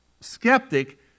skeptic